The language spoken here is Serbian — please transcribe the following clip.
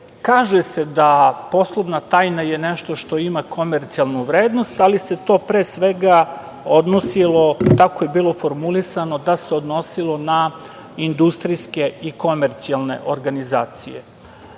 kaže se da poslovna tajna je nešto što ima komercijalnu vrednost, ali se to, pre svega, odnosilo, tako je bilo formulisano, da se odnosilo na industrijske i komercijalne organizacije. Na